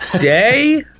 day